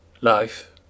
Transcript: Life